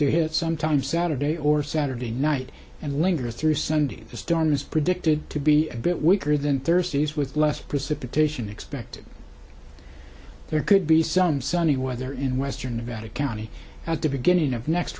hit sometime saturday or saturday night and linger through sunday the storm is predicted to be a bit weaker than thursday's with less precipitation expected there could be some sunny weather in western nevada county at the beginning of next